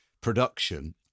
production